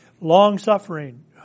Long-suffering